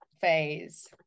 phase